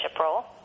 role